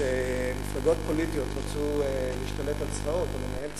כשמפלגות פוליטיות רצו להשתלט על צבאות או לנהל צבאות,